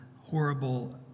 horrible